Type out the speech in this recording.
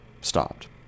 stopped